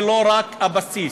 ולא רק על הבסיס.